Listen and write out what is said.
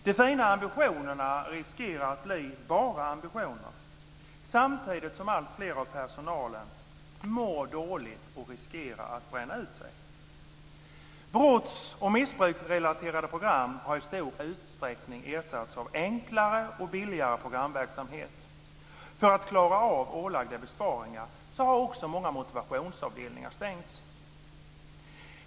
De fina ambitionerna riskerar att bli bara ambitioner, samtidigt som alltfler ur personalen mår dåligt och riskerar att bränna ut sig. Brotts och missbruksrelaterade program har i stor utsträckning ersatts av enklare och billigare programverksamhet. För att klara av ålagda besparingar har man också stängt många motivationsavdelningar.